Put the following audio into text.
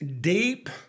deep